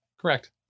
Correct